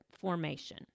formation